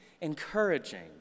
encouraging